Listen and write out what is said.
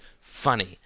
funny